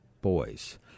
boys